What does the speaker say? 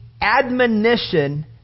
admonition